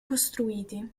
costruiti